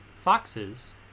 Foxes